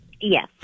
Yes